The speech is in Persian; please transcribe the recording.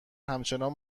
همچنان